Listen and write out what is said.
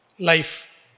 life